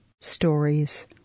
stories